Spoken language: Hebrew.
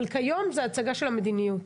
אבל היום זו הצגה של המדיניות.